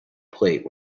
plate